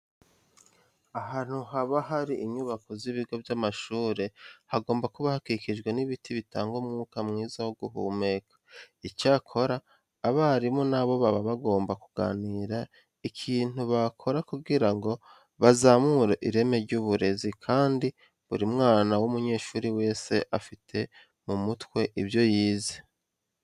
Ahantu haba hari inyubako z'ibigo by'amashuri hagomba kuba hakikijwe n'ibiti bitanga umwuka mwiza wo guhumeka. Icyakora abarimu na bo baba bagomba kuganira ikintu bakora kugira ngo bazamure ireme ry'uburezi kandi buri mwana w'umunyeshuri wese afate mu mutwe ibyo yize.